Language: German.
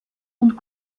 und